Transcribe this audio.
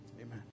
Amen